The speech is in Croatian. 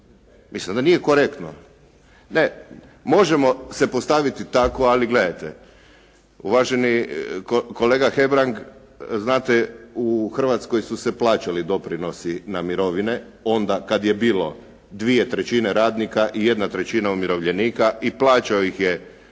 Mislim da nije korektno. Ne, možemo se postaviti tako Ali gledajte, uvaženi kolega Hebrang znate u Hrvatskoj su se plaćali doprinosi na mirovine onda kad je bilo dvije trećine radnika i jedna trećina umirovljenika i plaćao ih je Zavod